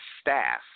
staff